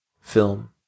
film